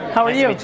how are you?